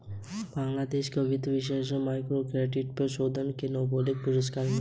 बांग्लादेश के वित्त विशेषज्ञ को माइक्रो क्रेडिट विषय पर शोध के लिए नोबेल पुरस्कार मिला